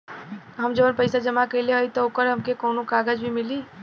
हम जवन पैसा जमा कइले हई त ओकर हमके कौनो कागज भी मिली?